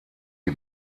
die